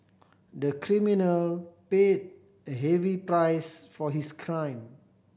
the criminal paid a heavy price for his crime